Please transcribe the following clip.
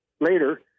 later